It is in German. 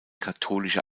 katholische